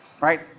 right